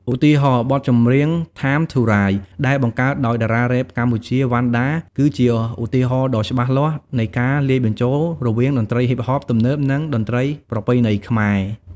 ឧទាហរណ៍បទចម្រៀង "ថាមធូរ៉ាយ" ដែលបង្កើតដោយតារារ៉េបកម្ពុជា វណ្ណដា គឺជាឧទាហរណ៍ដ៏ច្បាស់លាស់នៃការលាយបញ្ចូលរវាងតន្ត្រីហ៊ីបហបទំនើប និងតន្ត្រីប្រពៃណីខ្មែរ។